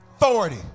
authority